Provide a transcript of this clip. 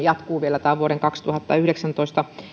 jatkuvat vielä vuoden kaksituhattayhdeksäntoista